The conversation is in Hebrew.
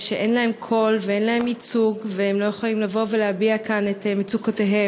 שאין להם קול ואין להם ייצוג והם לא יכולים לבוא ולהביע כאן את מצוקותיהם.